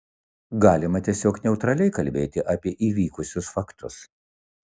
galima tiesiog neutraliai kalbėti apie įvykusius faktus